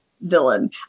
Villain